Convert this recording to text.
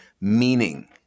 meaning